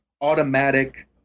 automatic